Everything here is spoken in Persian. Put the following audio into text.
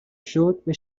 شد، به